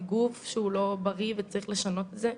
גוף שהוא לא בריא וצריך לשנות את זה.